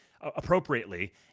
appropriately